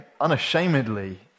unashamedly